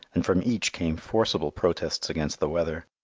and from each came forcible protests against the weather.